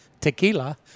tequila